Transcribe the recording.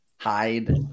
hide